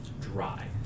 dry